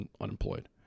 unemployed